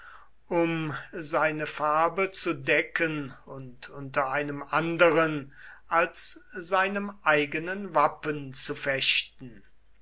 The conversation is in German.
um seine farbe zu decken und unter einem anderen als seinem eigenen wappen zu fechten